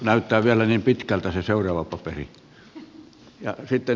näyttää vielä niin pitkältä se seuraava paperi